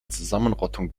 zusammenrottung